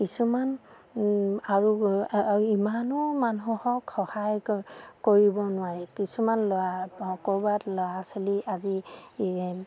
কিছুমান আৰু ইমানো মানুহক সহায় কৰিব নোৱাৰে কিছুমান ল'ৰা ক'ৰবাত ল'ৰা ছোৱালী আজি